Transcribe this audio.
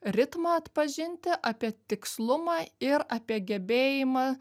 ritmą atpažinti apie tikslumą ir apie gebėjimą